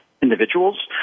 Individuals